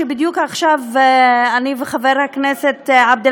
שבדיוק עכשיו אני וחבר הכנסת עבד אל